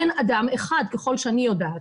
אין אדם אחד ככל שאני יודעת.